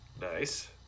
Nice